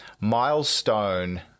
milestone